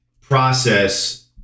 process